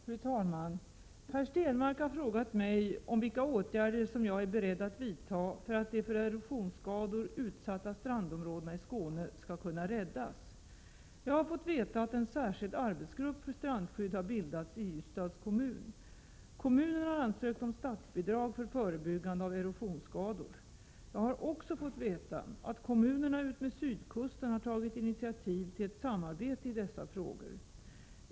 Fru talman! Per Stenmarck har frågat mig om vilka åtgärder som jag är beredd att vidta för att de för erosionsskador utsatta strandområdena i Skåne skall kunna räddas. Jag har fått veta att en särskild arbetsgrupp för strandskydd har bildats i Ystads kommun. Kommunen har ansökt om statsbidrag för förebyggande av erosionsskador. Jag har också fått veta att kommunerna utmed sydkusten har tagit initiativ till ett samarbete i dessa frågor.